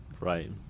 Right